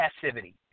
passivity